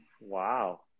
Wow